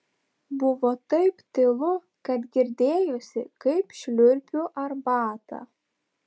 buvo taip tylu kad girdėjosi kaip šliurpiu arbatą